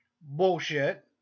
bullshit